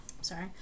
Sorry